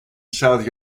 south